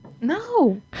No